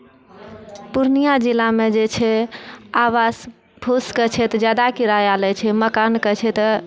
पूर्णिया जिलामे जे छै आवास फूसके छै तऽ जादा किराया लै छै मकानके छै तऽ